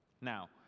Now